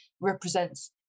represents